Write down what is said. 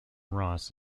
ross